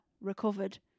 recovered